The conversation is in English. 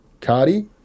Cardi